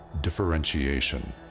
differentiation